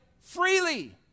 freely